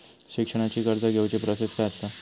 शिक्षणाची कर्ज घेऊची प्रोसेस काय असा?